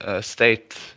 state